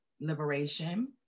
liberation